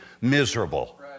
miserable